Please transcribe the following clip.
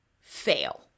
fail